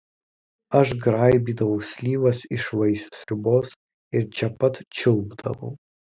aš graibydavau slyvas iš vaisių sriubos ir čia pat čiulpdavau